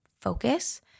focus